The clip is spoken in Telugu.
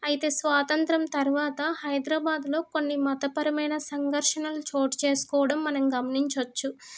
అయితే స్వాతంత్రం తర్వాత హైదరాబాద్లో కొన్ని మతపరమైన సంఘర్షణలు చోటు చేసుకోవడం మనం గమనించొచ్చు